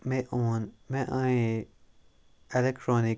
مےٚ اوٚن مےٚ انے ایٚلیٚکٹرٛانِک